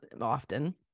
often-